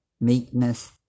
meekness